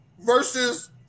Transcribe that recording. versus